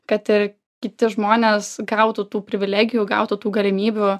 kad ir kiti žmonės gautų tų privilegijų gautų tų galimybių